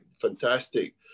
fantastic